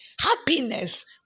happiness